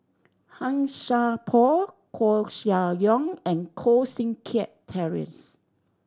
Han Sai Por Koeh Sia Yong and Koh Seng Kiat Terence